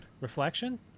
reflection